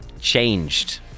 changed